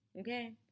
Okay